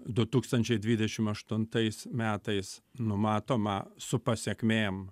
du tūkstančiai dvidešim aštuntais metais numatomą su pasekmėm